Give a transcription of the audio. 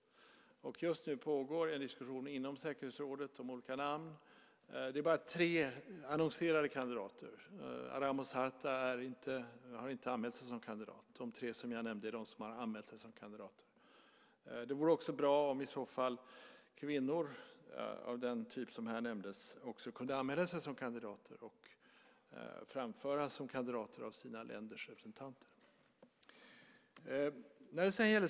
Just nu pågår en diskussion inom säkerhetsrådet om olika namn. Det är bara tre annonserade kandidater. Ramos Horta har inte anmält sig som kandidat. Det är de tre som jag nämnde i dag som har anmält sig som kandidater. Det vore också bra om i så fall kvinnor av den typ som här nämndes också kunde anmäla sig som kandidater och framföras som kandidater av sina länders representanter.